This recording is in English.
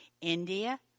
India